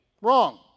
wrong